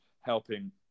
helping